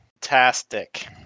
Fantastic